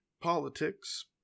politics